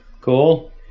Cool